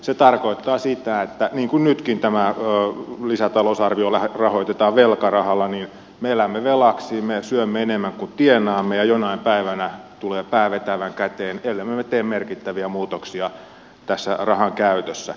se tarkoittaa sitä että niin kuin nytkin tämä lisätalousarvio rahoitetaan velkarahalla me elämme velaksi me syömme enemmän kuin tienaamme ja jonain päivänä tulee pää vetävän käteen ellemme me tee merkittäviä muutoksia tässä rahankäytössä